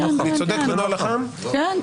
הוא צודק בנוהל לאח"מ -- כן,